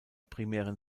primären